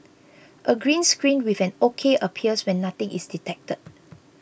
a green screen with an ok appears when nothing is detected